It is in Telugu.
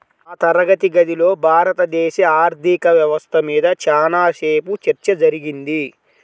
మా తరగతి గదిలో భారతదేశ ఆర్ధిక వ్యవస్థ మీద చానా సేపు చర్చ జరిగింది